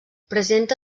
presenta